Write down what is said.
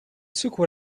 secoua